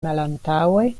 malantaŭe